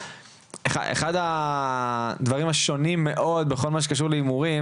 אחד הדברים השונים מאוד בכל מה שקשור להימורים